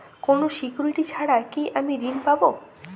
কোনো সিকুরিটি ছাড়া কি আমি ঋণ পাবো?